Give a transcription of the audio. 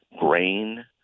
grain